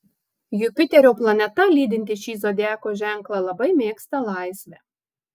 jupiterio planeta lydinti šį zodiako ženklą labai mėgsta laisvę